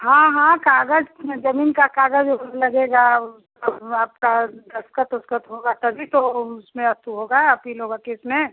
हाँ हाँ काग़ज़ ज़मीन का काग़ज़ ओगज़ लगेगा और अब आपका दस्तख़त ओस्तख़त होगा तभी तो उसमें अथु होगा अपील होगी केस में